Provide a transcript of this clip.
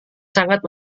sangat